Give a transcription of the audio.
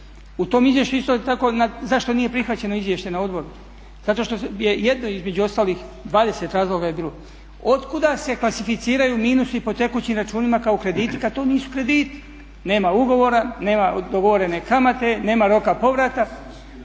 U tom izvješću isto tako zašto nije prihvaćeno izvješće na odboru zato što je jedno između ostalih dvadeset razloga je bilo. Od kuda se klasificiraju minusi po tekućim računima kao krediti kad to nisu krediti. Nema ugovora, nema dogovorene kamate, nema roka povrata